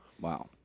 wow